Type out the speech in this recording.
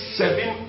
seven